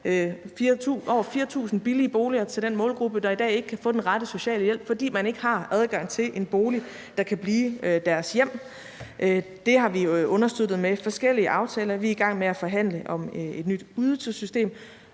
over 4.000 billige boliger til den målgruppe, der i dag ikke kan få den rette sociale hjælp, fordi de ikke har adgang til en bolig, der kan blive til et hjem. Det har vi understøttet med forskellige aftaler. Vi er i gang med at forhandle om et nyt ydelsessystem.